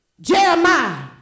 Jeremiah